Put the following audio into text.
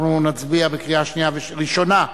אנחנו נצביע בקריאה ראשונה,